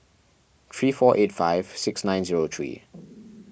three four eight five six nine zero three